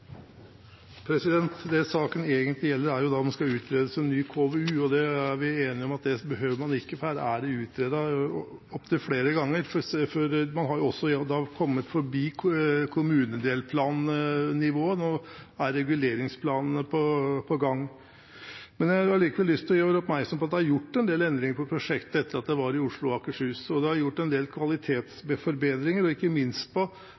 sykkelveier. Det saken egentlig gjelder, er om det skal utredes en ny KVU, og det er vi enige om at man ikke behøver, for dette er utredet opptil flere ganger. Man har også kommet forbi kommunedelplannivåene, og man er nå i gang med reguleringsplanene. Jeg har likevel lyst til å gjøre oppmerksom på at det er gjort en del endringer i prosjektet etter at det var i Oslo og Akershus. Det er også gjort en del kvalitetsforbedringer, ikke minst på